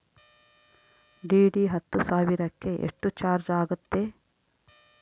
DD ಹತ್ತು ಸಾವಿರಕ್ಕೆ ಎಷ್ಟು ಚಾಜ್೯ ಆಗತ್ತೆ?